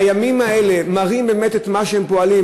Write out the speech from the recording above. הימים האלה מראים באמת את מה שהם פועלים,